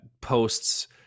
posts